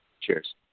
Cheers